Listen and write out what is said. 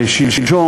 שלשום,